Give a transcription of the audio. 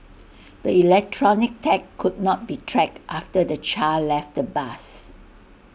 the electronic tag could not be tracked after the child left the bus